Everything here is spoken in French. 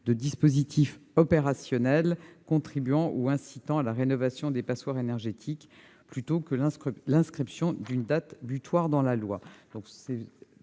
de dispositifs opérationnels contribuant ou incitant à la rénovation des passoires énergétiques plutôt que d'inscrire une date butoir dans la loi.